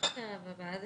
מפקח שהוא